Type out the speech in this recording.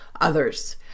others